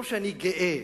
לא שאני גאה